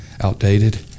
outdated